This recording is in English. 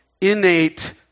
innate